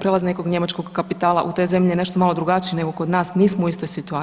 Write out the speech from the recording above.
prijelaz nekog njemačkog kapitala u te zemlje je nešto malo drugačiji nego kod nas, nismo u istoj situaciji.